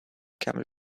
camel